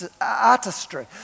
artistry